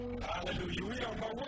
Hallelujah